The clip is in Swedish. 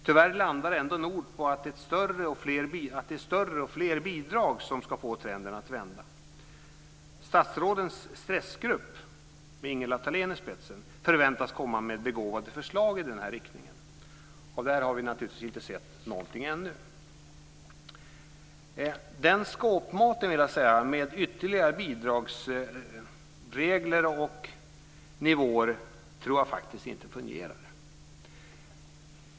Tyvärr landar Nordh ändå på att det är större och fler bidrag som ska få trenden att vända. Statsrådens stressgrupp, med Ingela Thalén i spetsen, förväntas komma med begåvade förslag i den här riktningen. Av det här har vi naturligtvis inte sett någonting ännu. Den skåpmaten, med ytterligare bidragsregler och nivåer, fungerar inte.